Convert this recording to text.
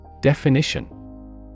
Definition